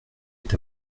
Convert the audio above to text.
est